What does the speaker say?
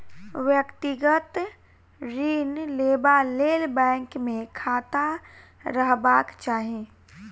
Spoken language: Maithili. व्यक्तिगत ऋण लेबा लेल बैंक मे खाता रहबाक चाही